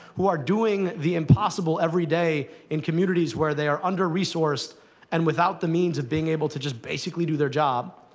who are doing the impossible every day in communities where they are under-resourced and without the means of being able to just basically do their job